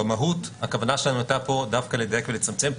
במהות הכוונה שלנו הייתה פה דווקא לדייק ולצמצם,